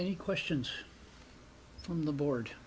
and questions from the board